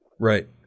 right